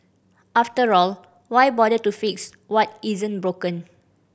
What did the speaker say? after all why bother to fix what isn't broken